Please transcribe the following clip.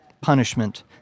punishment